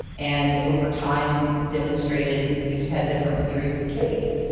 and over time demonstrated we just had different theories of the case.